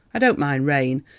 i don't mind rain,